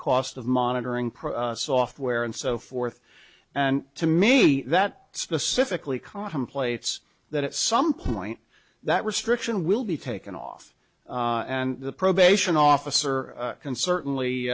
cost of monitoring pro software and so forth and to me that specifically contemplates that at some point that restriction will be taken off and the probation officer can certainly